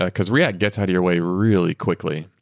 because react gets out of your way really quickly.